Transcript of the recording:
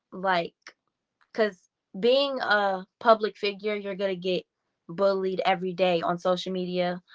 like cause being a public figure, you're gonna get bullied every day on social media,